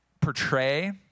portray